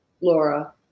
Laura